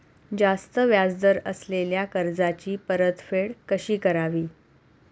जास्त व्याज दर असलेल्या कर्जाची परतफेड कशी करावी?